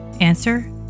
Answer